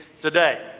today